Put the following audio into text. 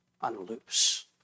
unloose